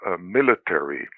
military